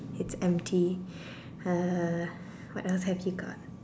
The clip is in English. it's empty uh what else have you got